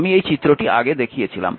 আমি এই চিত্রটি আগে দেখিয়েছিলাম